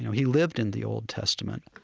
he lived in the old testament.